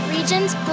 Regions